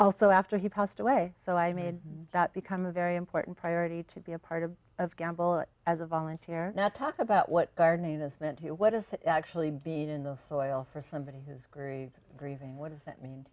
also after he passed away so i made that become a very important priority to be a part of a gamble as a volunteer now to talk about what gardening this meant what is it actually beat in the soil for somebody who's greed grieving what does that mean